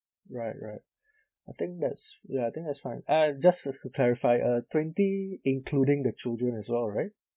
right right I think that's ya I think that's fine uh just to clarify uh twenty including the children as well right